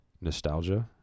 nostalgia